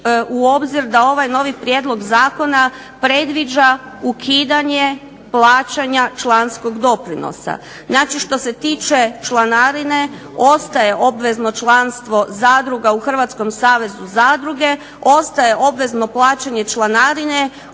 u obzir da ovaj novi prijedlog zakona predviđa ukidanje plaćanja članskog doprinosa. Znači što se tiče članarine ostaje obvezno članstvo zadruga u Hrvatskom savezu zadruge, ostaje obvezno plaćanje članarine